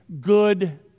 good